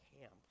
camp